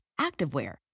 activewear